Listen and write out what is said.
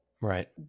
right